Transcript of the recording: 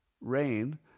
rain